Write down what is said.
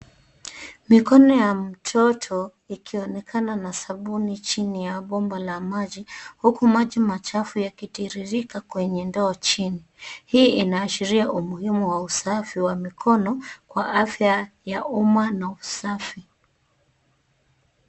Mikono ya mtoto ikionekana na sabuni jini ya pomba la maji. Huku maji machafu yakitiririka kwenye ndoo jini. Hii inaashiria umuhimu wa usafi wa mikono kwa afya ya umma na usafi.